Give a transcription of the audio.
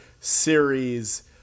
series